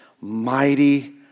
mighty